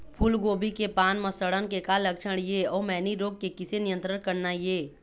फूलगोभी के पान म सड़न के का लक्षण ये अऊ मैनी रोग के किसे नियंत्रण करना ये?